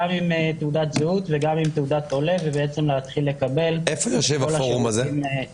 גם עם תעודת זהות וגם עם תעודת עולה ובעצם להתחיל לקבל את כל השירותים.